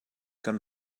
kan